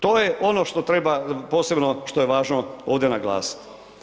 To je ono što treba posebno što je važno ovdje naglasiti.